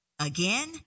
Again